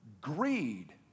greed